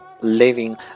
living